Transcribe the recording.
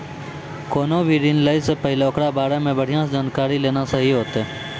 कोनो भी ऋण लै से पहिले ओकरा बारे मे बढ़िया से जानकारी लेना सही होतै